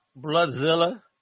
Bloodzilla